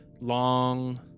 long